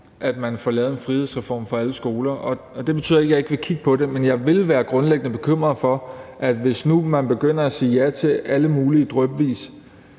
at man får lavet en frihedsreform for alle skoler, og det betyder ikke, at jeg ikke vil kigge på det, men jeg vil være grundlæggende bekymret for, om jeg, hvis nu man begynder drypvist at sige ja til alle mulige,